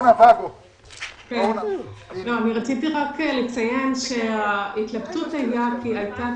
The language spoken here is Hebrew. רציתי לציין שההתלבטות היתה,